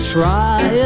Try